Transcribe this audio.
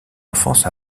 enfance